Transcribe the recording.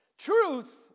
Truth